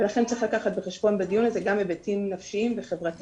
לכן צריך לקחת בחשבון בדיון הזה גם היבטים נפשיים וחברתיים.